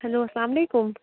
hello اَسَلام علیکُم